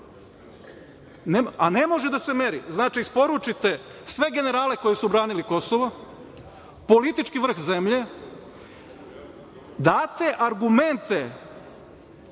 Ne može da se meri, znači isporučite sve generale koji su branili Kosovo, politički vrh zemlje, date argumente